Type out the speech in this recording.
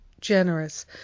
generous